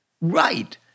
Right